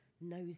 knows